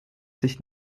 sich